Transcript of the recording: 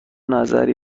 نظری